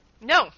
no